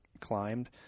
climbed